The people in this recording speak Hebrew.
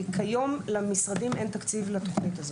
כי כיום למשרדים אין תקציב לתוכנית הזאת.